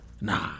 nah